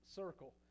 circle